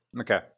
okay